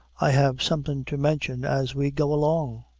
i have somethin' to mention as we go along.